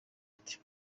ati